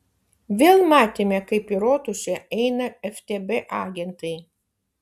vėl matėme kaip į rotušę eina ftb agentai